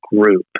group